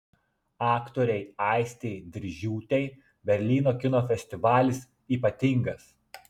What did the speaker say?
aktorei aistei diržiūtei berlyno kino festivalis ypatingas